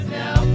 now